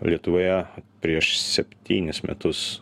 lietuvoje prieš septynis metus